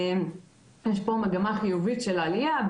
יש פה מגמה חיובית של עלייה,